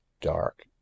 dark